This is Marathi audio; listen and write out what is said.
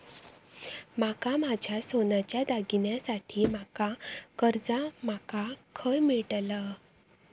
माका माझ्या सोन्याच्या दागिन्यांसाठी माका कर्जा माका खय मेळतल?